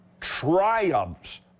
triumphs